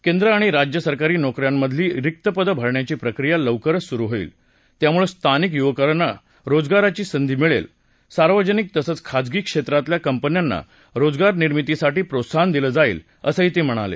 केंद्र आणि राज्य सरकारी नोकऱ्यांमधदली रिक्त पदं भरण्याची प्रक्रिया लवकरच सुरु होईल त्यामुळे स्थानिक युवकांना रोजगाराची संधी मिळेल सार्वजनिक तसंच खासगी क्षेत्रातल्या कंपन्यांना रोजगारनिर्मितीसाठी प्रोत्साहन दिलं जाईल असं ते म्हणाले